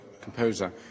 composer